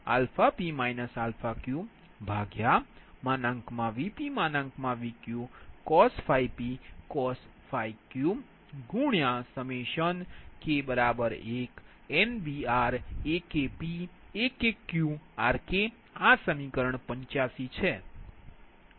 Bpq cos p q VpVqcos pcos q K1NBRAKpAKqRK આ સમીકરણ 85 છે